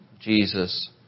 Jesus